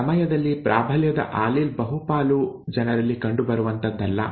ಅದೇ ಸಮಯದಲ್ಲಿ ಪ್ರಾಬಲ್ಯದ ಆಲೀಲ್ ಬಹುಪಾಲು ಜನರಲ್ಲಿ ಕಂಡುಬರುವಂಥದ್ದಲ್ಲ